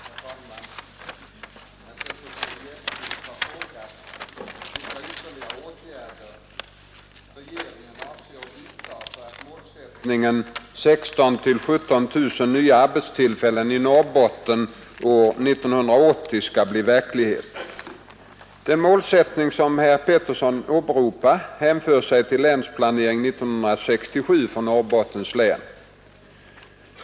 Herr talman! Herr Petersson i Gäddvik har frågat vilka ytterligare åtgärder regeringen avser att vidta för att målsättningen 16 000-17 000 nya arbetstillfällen i Norrbotten år 1980 skall bli verklighet. Den målsättning som herr Petersson åberopar hänför sig till Länsplanering 1967 för Norrbottens län.